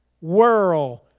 world